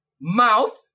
mouth